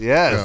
Yes